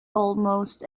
almost